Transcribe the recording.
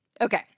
Okay